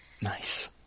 Nice